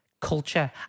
culture